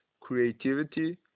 creativity